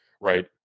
right